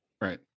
right